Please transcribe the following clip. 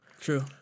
True